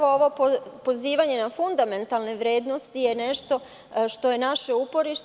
Ovo pozivanje na fundamentalne vrednosti je nešto što je naše uporište.